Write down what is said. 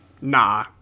Nah